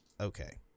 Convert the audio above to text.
Okay